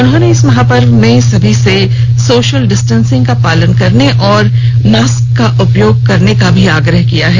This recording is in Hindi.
उन्होंने इस महापर्व में सभी से सोशल डिस्टेसिंग का पालन करने और मास्क का उपयोग करने के लिए भी आग्रह किया है